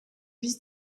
vice